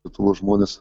lietuvos žmones